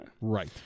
Right